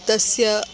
तस्य